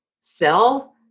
sell